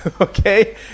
okay